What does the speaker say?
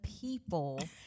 people